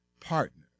partner